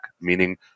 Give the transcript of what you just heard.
meaning